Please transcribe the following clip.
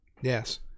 Yes